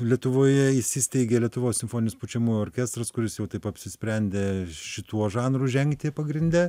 lietuvoje įsisteigė lietuvos simfoninis pučiamųjų orkestras kuris jau taip apsisprendė šituo žanru žengti pagrinde